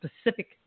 specific